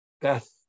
Death